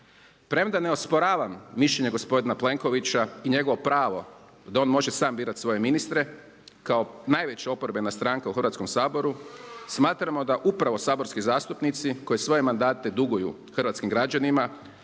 Premda ne osporavam mišljenja gospodina Plenkovića i njegovo pravo da on može sam birati svoje ministre kao najveća oporbena stranka u Hrvatskom saboru, smatramo da upravo saborski zastupnici koji svoje mandate duguju hrvatskim građanima